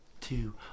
two